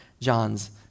John's